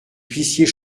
puissiez